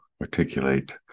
articulate